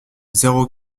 zéro